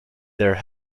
their